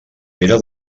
era